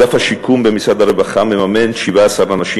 אגף השיקום במרכז הרווחה מממן 17 אנשים